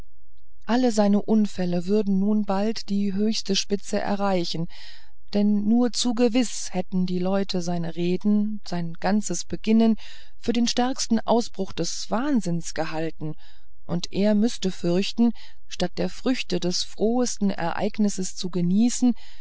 alle seine unfälle würden nun bald die höchste spitze erreichen denn nur zu gewiß hätten die leute seine reden sein ganzes beginnen für den stärksten ausbruch des wahnsinnes gehalten und er müßte fürchten statt die früchte des frohsten ereignisses zu genießen